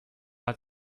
hat